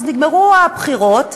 אז נגמרו הבחירות,